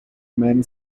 many